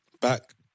back